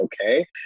okay